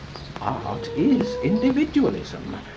art is individualism,